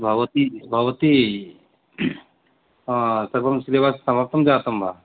भवती भवती सर्वं सिलेबस् समाप्तं जातं वा